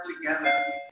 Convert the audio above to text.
together